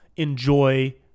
Enjoy